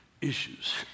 Issues